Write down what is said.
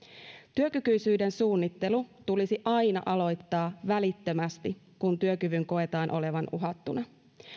työkykyisyyden suunnittelu tulisi aina aloittaa välittömästi kun työkyvyn koetaan olevan uhattuna